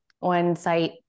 on-site